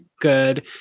good